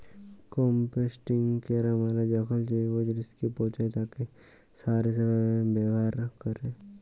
composting ক্যরা মালে যখল জৈব জিলিসকে পঁচায় তাকে সার হিসাবে ব্যাভার ক্যরে